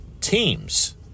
teams